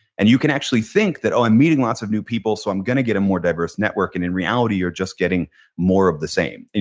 and you can actually think that oh i'm meeting lots of new people so i'm going to get a more diverse network and in reality you're just getting more of the same. and